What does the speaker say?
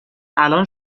الان